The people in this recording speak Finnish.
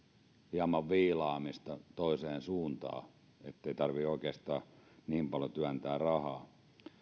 hieman viilaamista toiseen suuntaan ettei tarvitse oikeastaan niin paljon työntää rahaa